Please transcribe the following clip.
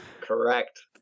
Correct